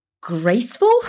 graceful